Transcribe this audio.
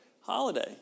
holiday